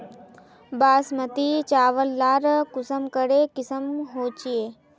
बासमती चावल लार कुंसम करे किसम होचए?